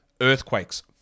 earthquakes